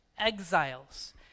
Exiles